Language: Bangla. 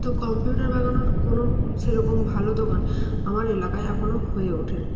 তো কম্পিউটার বাগানোর কোনো সেরকম ভালো দোকান আমার এলাকায় এখনও হয়ে ওঠেনি